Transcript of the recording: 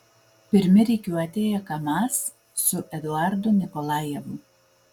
pirmi rikiuotėje kamaz su eduardu nikolajevu